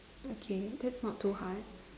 okay that's not too hard